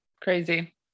Crazy